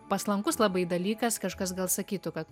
paslankus labai dalykas kažkas gal sakytų kad